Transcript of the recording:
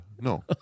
no